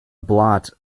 blot